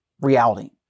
reality